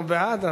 אנחנו בעד,